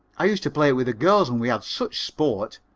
i used to play it with the girls and we had such sport.